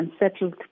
unsettled